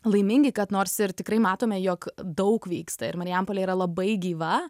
laimingi kad nors ir tikrai matome jog daug vyksta ir marijampolė yra labai gyva